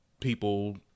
people